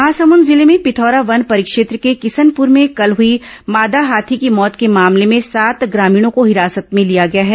महासमुंद जिले में पिथौरा वन परिक्षेत्र के किसनपुर में कल हुई मादा हाथी की मौत के मामले में सात ग्रामीणों को हिरासत में लिया गया है